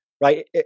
right